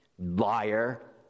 Liar